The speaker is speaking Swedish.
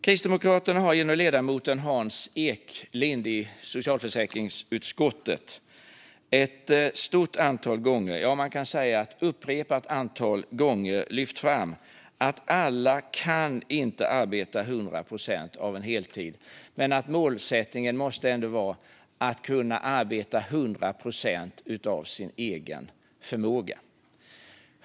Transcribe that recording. Kristdemokraterna har genom ledamoten Hans Eklind i socialförsäkringsutskottet ett upprepat antal gånger lyft fram att alla inte kan arbeta 100 procent av heltid men att målsättningen ändå måste vara att alla ska kunna arbeta 100 procent av sin egen förmåga.